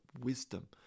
wisdom